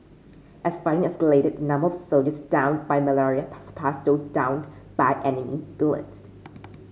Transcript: as fighting escalated the number of soldiers downed by malaria surpassed those downed by enemy bullets